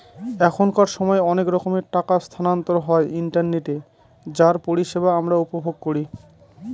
এখনকার সময় অনেক রকমের টাকা স্থানান্তর হয় ইন্টারনেটে যার পরিষেবা আমরা উপভোগ করি